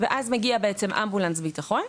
ואז מגיע אמבולנס ביטחון,